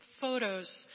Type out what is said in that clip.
photos